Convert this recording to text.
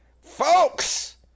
folks